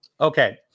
okay